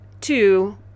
two